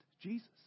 Jesus